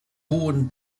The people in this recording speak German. hohen